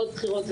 ועוד בחירות,